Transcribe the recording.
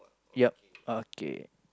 ya okay